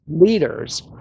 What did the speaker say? leaders